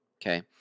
Okay